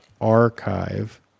archive